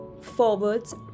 forwards